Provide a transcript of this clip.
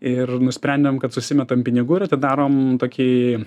ir nusprendėm kad susimetam pinigų ir atidarom tokį